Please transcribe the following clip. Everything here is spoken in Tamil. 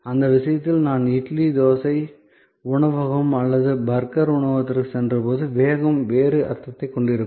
அந்த விஷயத்தில் நான் இட்லி தோசை உணவகம் அல்லது பர்கர் உணவகத்திற்குச் சென்றபோது வேகம் வேறு அர்த்தத்தைக் கொண்டிருக்கும்